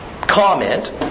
comment